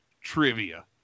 trivia